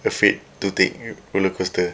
afraid to take roller coaster